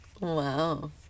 Wow